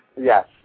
Yes